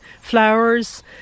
flowers